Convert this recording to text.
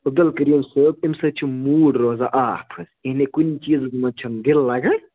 عبدالکریم صٲب اَمہِ سۭتۍ چھِ موٗڈ روزان آف حظ یانے کُنہِ چیٖزَس منٛز چھُنہٕ دِل لَگان